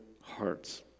hearts